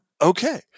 okay